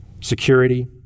security